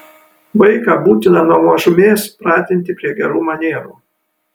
vaiką būtina nuo mažumės pratinti prie gerų manierų